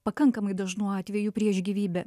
pakankamai dažnu atveju prieš gyvybę